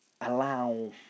allow